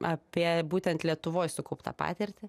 apie būtent lietuvoj sukauptą patirtį